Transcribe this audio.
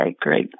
Great